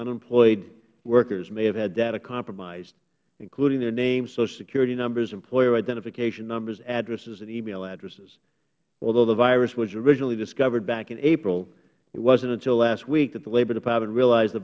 unemployed workers may have had data compromised including their names social security numbers employer identification numbers addresses and email addresses although the virus was originally discovered back in april it wasn't until last week that the labor department realized the